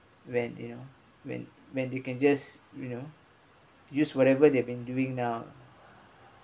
when you know when when you can just you know use whatever they've been doing now